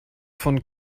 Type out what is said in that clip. von